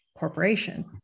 corporation